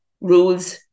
rules